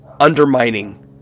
undermining